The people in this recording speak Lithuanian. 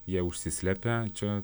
jie užsislepia čia